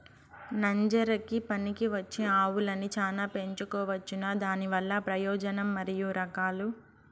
నంజరకి పనికివచ్చే ఆవులని చానా పెంచుకోవచ్చునా? దానివల్ల ప్రయోజనం మరియు రకాలు?